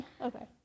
Okay